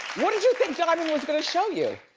what did you think diamond was gonna show you?